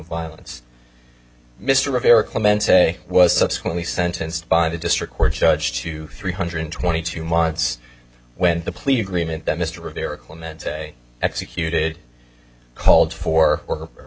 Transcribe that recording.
violence mr rivera clemente was subsequently sentenced by the district court judge to three hundred twenty two months when the plea agreement that mr rivera clemente executed called for